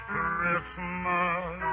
Christmas